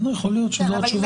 אנחנו רק